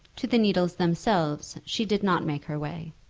to the needles themselves she did not make her way.